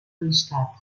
amistat